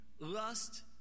lust